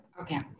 Okay